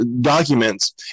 documents